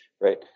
right